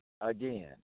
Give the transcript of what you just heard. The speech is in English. again